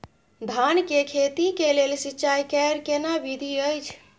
धान के खेती के लेल सिंचाई कैर केना विधी अछि?